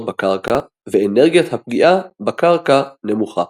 בקרקע ואנרגיית הפגיעה בקרקע נמוכה.